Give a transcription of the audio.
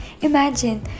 imagine